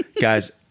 Guys